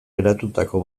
geratutako